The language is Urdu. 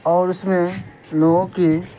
اور اس میں لوگوں کی